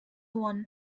won